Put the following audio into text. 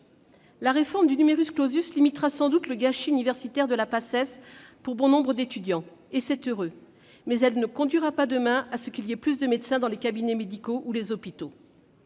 La réforme du limitera sans doute le gâchis universitaire de la Paces pour bon nombre d'étudiants, et c'est heureux ; mais elle ne conduira pas demain à ce qu'il y ait plus de médecins dans les cabinets médicaux et les hôpitaux.